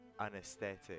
anesthetic